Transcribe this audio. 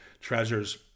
treasures